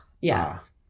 Yes